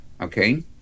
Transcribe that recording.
Okay